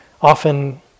often